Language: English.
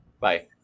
Bye